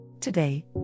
Today